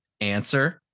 answer